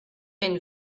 been